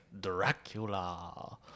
Dracula